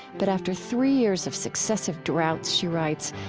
but after three years of successive droughts, she writes,